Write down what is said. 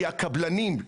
כי הקבלנים,